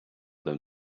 them